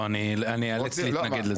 אני איאלץ להתנגד לזה.